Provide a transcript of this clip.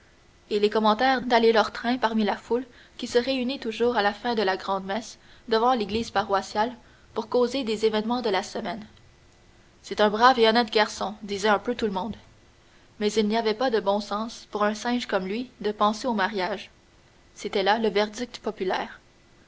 et les commentaires d'aller leur train parmi la foule qui se réunit toujours à la fin de la grand'messe devant l'église paroissiale pour causer des événements de la semaine c'est un brave et honnête garçon disait un peu tout le monde mais il n'y avait pas de bon sens pour un singe comme lui de penser au mariage c'était là le verdict populaire